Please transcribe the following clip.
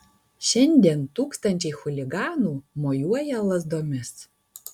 šiandien tūkstančiai chuliganų mojuoja lazdomis